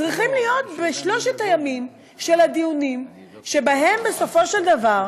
צריכים להיות בשלושת הימים של הדיונים שבהם בסופו של דבר